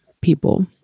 people